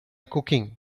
cooking